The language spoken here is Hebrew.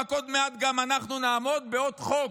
ועוד מעט גם אנחנו נעמוד בעוד חוק,